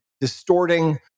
distorting